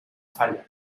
falla